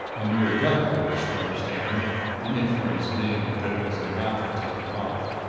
a mere death notice, you understand the inference being that it was a natural taking off.